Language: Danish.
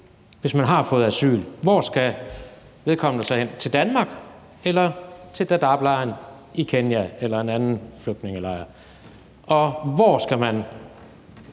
hvis man har fået asyl. Hvor skal vedkommende så hen? Til Danmark eller til Dadaablejren i Kenya eller en anden flygtningelejr? Og hvor skal man